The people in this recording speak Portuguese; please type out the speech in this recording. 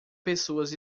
pessoas